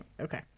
Okay